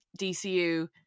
DCU